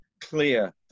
clear